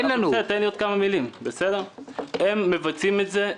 הם מבצעים את זה.